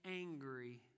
angry